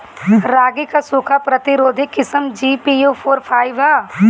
रागी क सूखा प्रतिरोधी किस्म जी.पी.यू फोर फाइव ह?